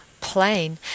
plain